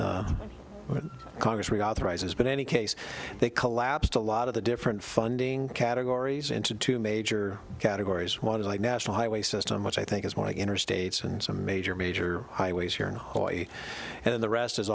this congress reauthorizes but any case they collapsed a lot of the different funding categories into two major categories one is like national highway system which i think is more like interstates and some major major highways here in hawaii and the rest